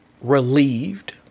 relieved